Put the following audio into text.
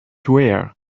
ware